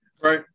Right